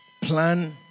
plan